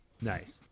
nice